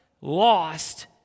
lost